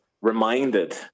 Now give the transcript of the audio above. reminded